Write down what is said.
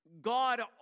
God